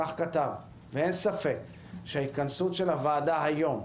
אין ספק שההתכנסות של הוועדה היום,